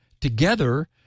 Together